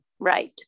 Right